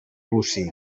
bocí